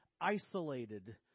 isolated